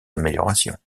améliorations